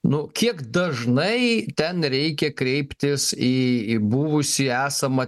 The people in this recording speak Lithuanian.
nu kiek dažnai ten reikia kreiptis į į buvusį esamą